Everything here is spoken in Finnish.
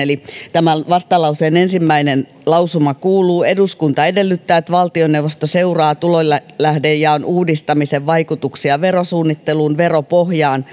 tämän vastalauseen ensimmäinen lausuma kuuluu eduskunta edellyttää että valtioneuvosto seuraa tulolähdejaon uudistamisen vaikutuksia verosuunnitteluun veropohjaan